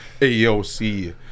AOC